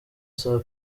saa